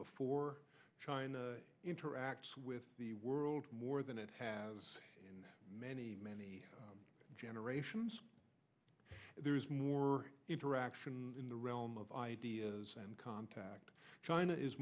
before china interacts with the world more than it has in many many generations there is more interaction in the realm of ideas and contact china is